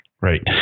Right